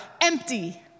empty